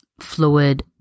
fluid